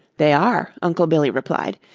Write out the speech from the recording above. they are, uncle billy replied,